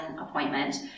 appointment